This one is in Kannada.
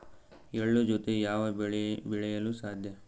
ಎಳ್ಳು ಜೂತೆ ಯಾವ ಬೆಳೆ ಬೆಳೆಯಲು ಸಾಧ್ಯ?